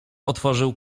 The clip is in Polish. otworzył